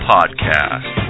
Podcast